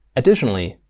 additionally,